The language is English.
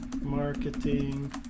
marketing